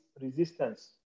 resistance